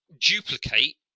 duplicate